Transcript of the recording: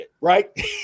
right